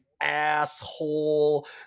asshole